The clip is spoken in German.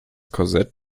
korsett